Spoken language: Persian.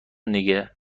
دیگه